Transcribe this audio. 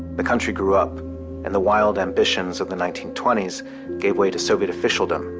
the country grew up and the wild ambitions of the nineteen twenty s gave way to soviet officialdom,